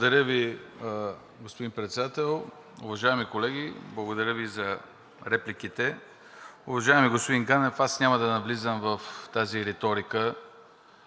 Благодаря Ви, господин Председател. Уважаеми колеги, благодаря Ви за репликите. Уважаеми господин Ганев, няма да навлизам в тази риторика